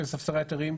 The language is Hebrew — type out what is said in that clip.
של ספסרי ההיתרים,